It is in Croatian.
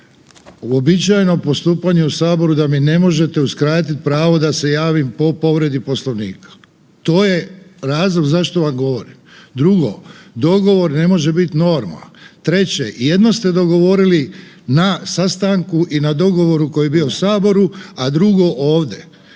uobičajeno postupanje u saboru da mi ne možete uskratiti pravo po povredi Poslovnika, to je razlog zašto vam govorim. Drugo dogovor ne može biti norma. Treće jedno ste dogovorili na sastanku i na dogovoru koji je bio u saboru, a drugo ovdje